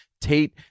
Tate